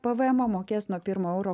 pvmą mokės nuo pirmo euro